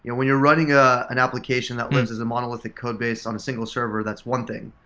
and when you're running ah an application that lives as a monolithic code base on a single server that's one thing,